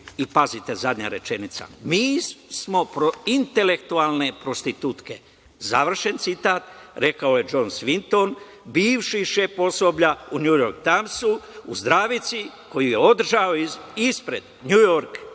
i pazite, zadnja rečenica – mi smo prointelektualne prostitutke, završen citat, rekao je Džon Svinton, bivši šef osoblja u Njujork tajmsu, u zdravici koju je održao ispred Njujork pres